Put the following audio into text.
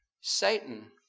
Satan